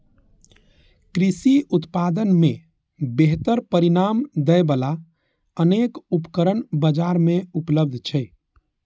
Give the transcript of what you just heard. कृषि उत्पादन मे बेहतर परिणाम दै बला अनेक उपकरण बाजार मे उपलब्ध छै